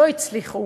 לא הצליחו